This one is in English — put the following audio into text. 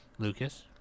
Lucas